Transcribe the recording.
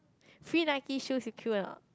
free Nike shoes you queue or not